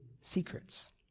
secrets